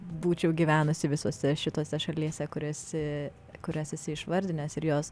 būčiau gyvenusi visose šitose šalyse kur esi kurias esi išvardinęs ir jos